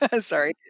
Sorry